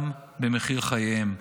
גם במחיר חייהם,